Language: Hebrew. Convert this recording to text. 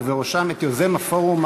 ובראשם את יוזם הפורום,